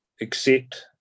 accept